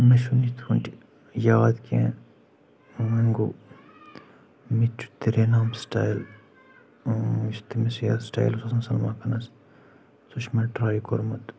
مےٚ چھُنہٕ یِتھ پٲٹھۍ یاد کینٛہہ وۄنۍ گوٚو مےٚ تہِ چھُ تیرے نام سٹایِل یُس تٔمِس ہیر سٹایِل اوس آسان سلمان خانس سُہ چھُ مےٚ ٹراے کوٚرمُت